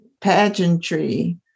pageantry